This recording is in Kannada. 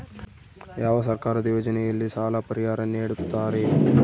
ಯಾವ ಸರ್ಕಾರದ ಯೋಜನೆಯಲ್ಲಿ ಸಾಲ ಪರಿಹಾರ ನೇಡುತ್ತಾರೆ?